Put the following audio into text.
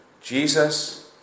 Jesus